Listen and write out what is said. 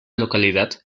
localidad